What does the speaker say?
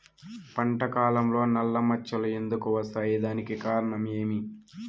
పంట కాలంలో నల్ల మచ్చలు ఎందుకు వస్తాయి? దానికి కారణం ఏమి?